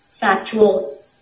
factual